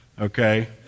okay